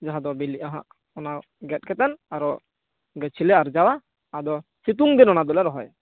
ᱡᱟᱦᱟᱸ ᱫᱚ ᱵᱤᱞᱤᱜᱼᱟ ᱟᱦᱟᱜ ᱚᱱᱟ ᱜᱮᱫ ᱠᱟᱛᱮᱱ ᱟᱨᱳ ᱜᱮᱪᱷᱤᱞᱮ ᱟᱨᱡᱟᱣᱟ ᱟᱫᱚ ᱥᱤᱛᱩᱝᱜᱮ ᱱᱚᱱᱟ ᱫᱚᱞᱮ ᱨᱚᱦᱚᱭᱟ